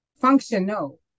functional